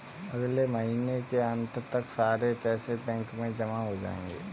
अगले महीने के अंत तक सारे पैसे बैंक में जमा हो जायेंगे